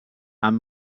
amb